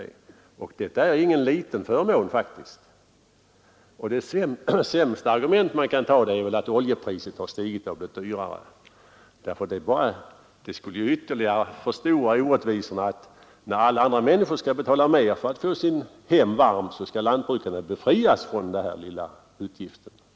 Detta är i så fall faktiskt ingen liten förmån. Det sämsta argument man kan anföra är väl att oljepriset stigit, så att uppvärmningen med oljeeldning blivit dyrare. Det skulle ytterligare förstora orättvisorna om lantbrukarna, samtidigt som alla andra människor skall betala mer för uppvärmningen av sina hem, befrias från den lilla utgift det här gäller.